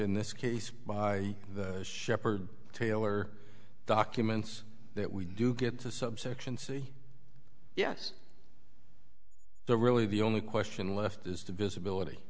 in this case by the sheppard taylor documents that we do get to subsection c yes the really the only question left is the visibility